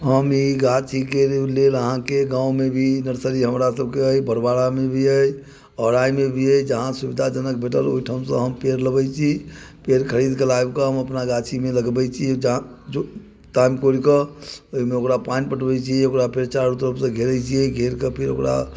हम ई गाछी के लेल अहाँके गाँव मे भी नर्सरी हमरा सबके अछि भड़बाड़ा मे भी अछि ओराइ मे भी अछि जहाँ सुविधाजनक भेटल ओहिठाम सँ हम पेड़ लबै छी पेड़ खरीद के लाबि कऽ हम अपना गाछी मे लगबै छी जहाँ जो तामि कोरि के ओहिमे ओकरा पानि पटबै छियै ओकरा फेर चारू तरफ सँ घेरे छियै घेर के फेर ओकरा